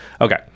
Okay